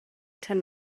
tan